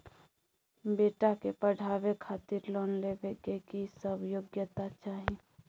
बेटा के पढाबै खातिर लोन लेबै के की सब योग्यता चाही?